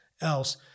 else